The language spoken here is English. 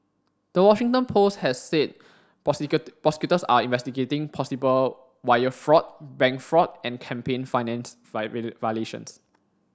the Washington Post has said prosecutors are investigating possible wire fraud bank fraud and campaign finance violations